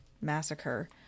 massacre